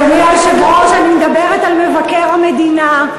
אדוני היושב-ראש, אני מדברת על מבקר המדינה.